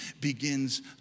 begins